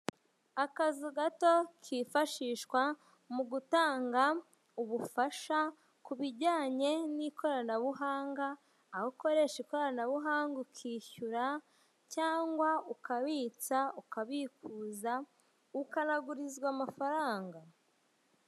Akazu gato kifashishwa mu gutanga ubufasha ku bijyanye n'ikoranabuhanga, aho ukoresha ikoranabuhanga ukishyura cyangwa ukabica, ukabikuza, ukanagurizwa amafaranga.